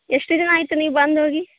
ಎಷ್ಟು ದಿನ ಆಯಿತು ನೀವು ಬಂದು ಹೋಗಿ